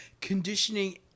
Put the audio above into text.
conditioning